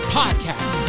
podcast